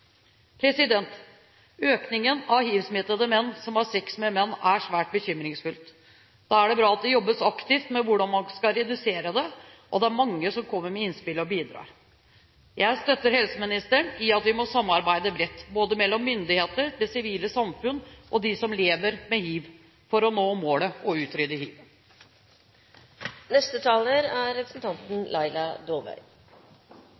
Økningen av hivsmittede menn som har sex med menn, er svært bekymringsfullt. Da er det bra at det jobbes aktivt med hvordan man skal redusere det, og at det er mange som kommer med innspill og bidrar. Jeg støtter helseministeren i at vi må samarbeide bredt både med myndigheter, med det sivile samfunn og med dem som lever med hiv, for å nå målet om å utrydde